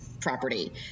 property